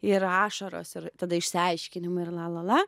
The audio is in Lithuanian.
ir ašaros ir tada išsiaiškinimai ir la la la